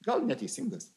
gal neteisingas